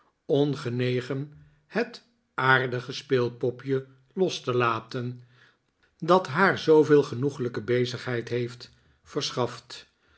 ongenegen het aardige speelpopje los te laten dat haar zooveel genoeglijke bezigheid heeft verschaft